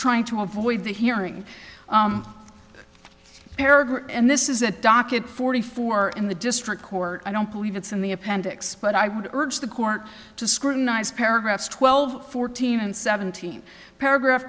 trying to avoid the hearing eric and this is a docket forty four in the district court i don't believe it's in the appendix but i would urge the court to scrutinize paragraphs twelve fourteen and seventeen paragraph